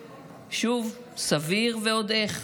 שוב, סביר ועוד איך,